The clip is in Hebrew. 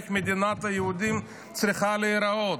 איך מדינת היהודים צריכה להיראות,